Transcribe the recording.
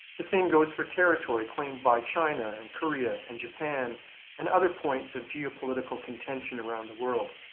the same goes for territory claimed by china and korea and japan and other points of geopolitical contention around the world.